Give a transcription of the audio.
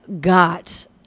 got